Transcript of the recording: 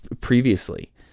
previously